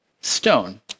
stone